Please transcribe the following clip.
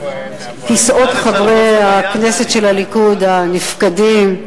כיסאות חברי הכנסת של הליכוד הנפקדים,